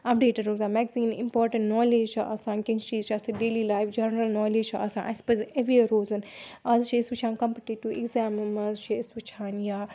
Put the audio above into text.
updated روزان magazine important knowledge چھِ آسان کیٚنٛہہ چیٖز چھِ آسان ڈیلی لایِف جَنرَل نالیج چھِ آسان اَسہِ پَزِ ایوِیَر روزُن آز چھِ أسۍ وٕچھان کَمپٕٹیٹِو اٮ۪کزامو منٛز چھِ أسۍ وٕچھان یا